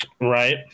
Right